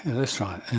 and let's try it.